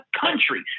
country